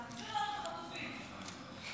להחזיר לנו את החטופים כבר.